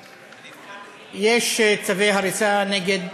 ויש צווי הריסה נגד